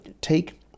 take